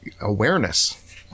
awareness